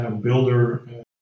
builder